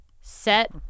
Set